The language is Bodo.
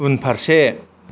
उनफारसे